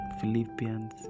Philippians